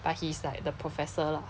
but he's like the professor lah